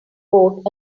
boat